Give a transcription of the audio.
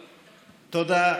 תודה.